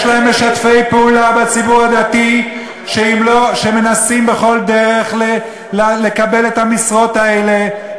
יש להם משתפי פעולה בציבור הדתי שמנסים בכל דרך לקבל את המשרות האלה,